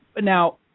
Now